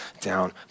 down